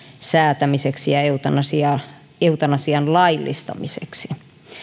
säätämiseksi ja eutanasian laillistamiseksi